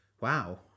Wow